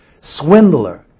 swindler